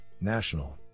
National